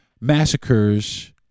massacres